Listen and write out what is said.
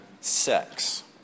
sex